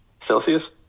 Celsius